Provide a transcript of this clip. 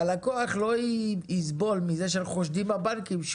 הלקוח לא יסבול מזה שאנחנו חושדים בבנקים שהוא